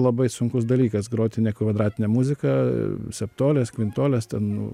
labai sunkus dalykas groti ne kvadratinę muziką septolės kvintolės ten